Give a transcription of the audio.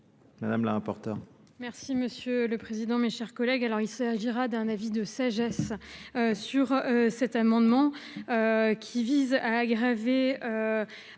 madame la rapporteure.